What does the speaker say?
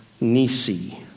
Nisi